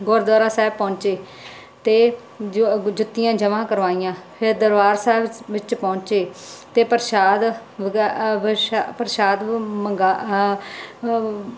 ਗੁਰਦੁਆਰਾ ਸਾਹਿਬ ਪਹੁੰਚੇ ਤੇ ਜੁੱਤੀਆਂ ਜਮ੍ਹਾਂ ਕਰਵਾਈਆਂ ਫੇਰ ਦਰਬਾਰ ਸਾਹਿਬ ਵਿੱਚ ਪਹੁੰਚੇ ਤੇ ਪ੍ਰਸ਼ਾਦ ਪ੍ਰਸ਼ਾਦ ਮੰਗਾ